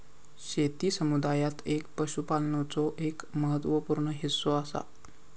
शेती समुदायात पशुपालनाचो एक महत्त्व पूर्ण हिस्सो असा